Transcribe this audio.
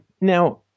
Now